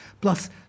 Plus